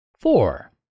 Four